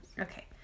Okay